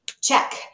Check